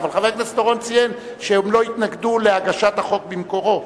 אבל חבר הכנסת אורון ציין שהם לא התנגדו להגשת החוק במקורו,